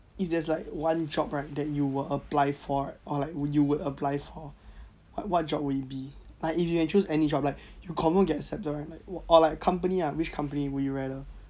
if there is like one job right that you were apply for right or like you would apply for what job would it be like you can choose any job like you confirm get accepted right or like company ah which company would you rather